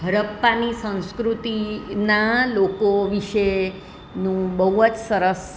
હડપ્પાની સંસ્કૃતિના લોકો વિશેનું બહુ જ સરસ